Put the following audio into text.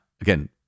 again